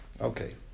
Okay